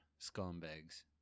scumbags